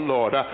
Lord